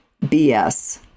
BS